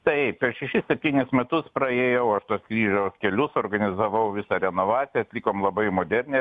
taip per šešis septynis metus praėjau aš tuos kryžiaus kelius organizavau visą renovaciją atlikom labai modernią